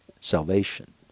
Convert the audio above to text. salvation